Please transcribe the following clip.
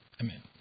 Amen